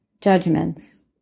judgments